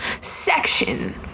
section